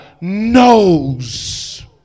Knows